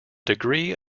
degree